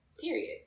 Period